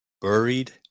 Buried